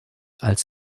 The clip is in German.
als